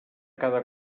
cada